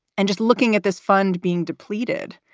and just looking at this fund being depleted,